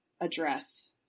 address